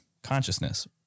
consciousness